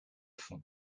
fond